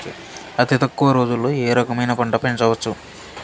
అతి తక్కువ రోజుల్లో ఏ రకమైన పంట పెంచవచ్చు?